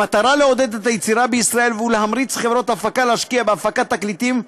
במטרה לעודד את היצירה בישראל ולהמריץ חברות הפקה להשקיע בהפקת תקליטים,